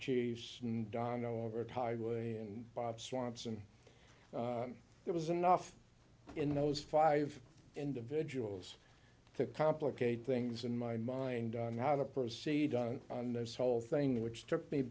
chiefs and don overtired and bob swanson there was enough in those five individuals to complicate things in my mind on how to proceed on on this whole thing which took me